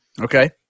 Okay